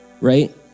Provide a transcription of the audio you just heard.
right